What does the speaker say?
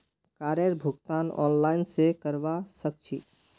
कारेर भुगतान ऑनलाइन स करवा सक छी